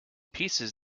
pieces